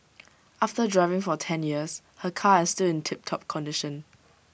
after driving for ten years her car is still in tiptop condition